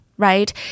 right